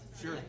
Sure